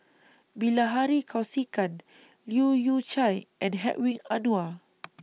Bilahari Kausikan Leu Yew Chye and Hedwig Anuar